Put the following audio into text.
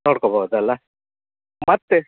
ನೋಡ್ಕೋಬೌದಲ್ಲ ಮತ್ತು